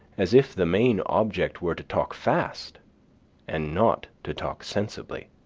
as if the main object were to talk fast and not to talk sensibly.